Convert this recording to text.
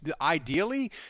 ideally